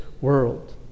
world